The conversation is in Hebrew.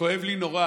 כואב לי נורא